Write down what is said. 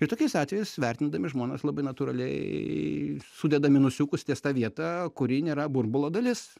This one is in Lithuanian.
ir tokiais atvejais vertindami žmonės labai natūraliai sudeda minusiukus ties ta vieta kuri nėra burbulo dalis